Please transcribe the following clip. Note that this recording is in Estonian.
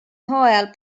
hooajal